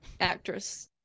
actress